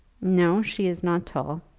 no she is not tall,